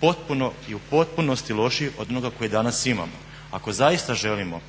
potpuno i u potpunosti lošiji od onoga koji danas imamo. Ako zaista želimo